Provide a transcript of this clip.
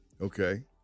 Okay